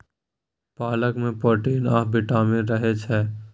पालक मे प्रोटीन आ बिटामिन रहय छै